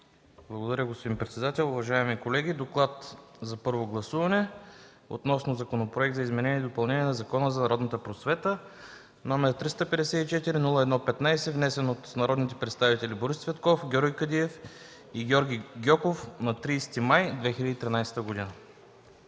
Благодаря, господин председател. Уважаеми колеги! „ДОКЛАД за първо гласуване относно Законопроект за изменение и допълнение на Закона за народната просвета, № 354-01-15, внесен от народните представители Борис Цветков, Георги Кадиев и Георги Гьоков на 30 май 2013 г.